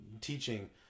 teaching